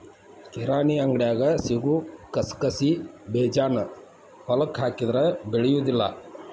ಕಿರಾಣಿ ಅಂಗಡ್ಯಾಗ ಸಿಗು ಕಸಕಸಿಬೇಜಾನ ಹೊಲಕ್ಕ ಹಾಕಿದ್ರ ಬೆಳಿಯುದಿಲ್ಲಾ